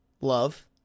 love